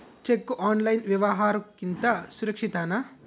Cheque online ವ್ಯವಹಾರುಕ್ಕಿಂತ ಸುರಕ್ಷಿತನಾ?